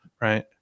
right